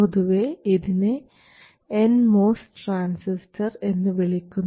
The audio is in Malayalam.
പൊതുവേ ഇതിനെ nMOS ട്രാൻസിസ്റ്റർ എന്നു വിളിക്കുന്നു